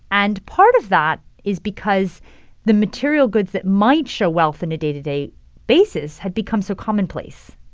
and part of that is because the material goods that might show wealth in a day-to-day basis had become so commonplace.